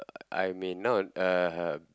I may not uh